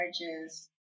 marriages